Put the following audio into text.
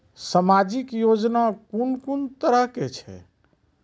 समाजिक योजना कून कून तरहक छै?